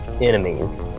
enemies